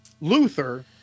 Luther